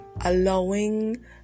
allowing